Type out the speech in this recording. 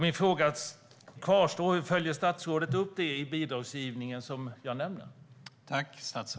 Min fråga kvarstår: Följer statsrådet upp i bidragsgivningen det som jag nämner?